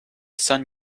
sun